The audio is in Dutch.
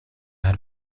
haar